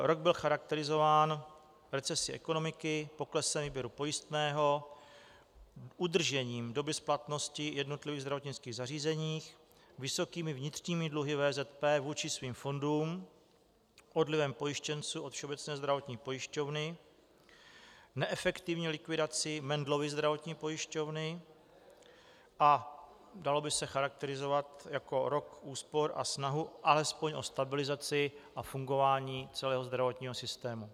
Rok byl charakterizován recesí ekonomiky, poklesem výběru pojistného, udržením doby splatnosti v jednotlivých zdravotnických zařízeních, vysokými vnitřními dluhy VZP vůči svým fondům, odlivem pojištěnců od Všeobecné zdravotní pojišťovny, neefektivní likvidací Mendelovy zdravotní pojišťovny a dal by se charakterizovat jako rok úspor a snahy alespoň o stabilizaci a fungování celého zdravotního systému.